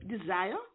desire